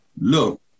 look